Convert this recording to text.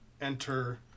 enter